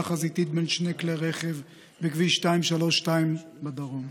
חזיתית בין שני כלי רכב בכביש 232 בדרום,